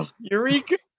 Eureka